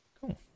Cool